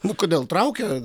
nu kodėl traukia